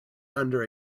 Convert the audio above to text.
under